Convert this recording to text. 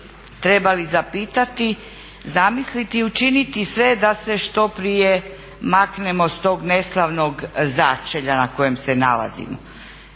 trebali zapitati, zamisliti i učiniti sve da se što prije maknemo sa tog neslavnog zečelja na kojem se nalazimo.